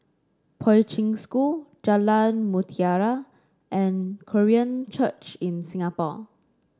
Poi Ching School Jalan Mutiara and Korean Church in Singapore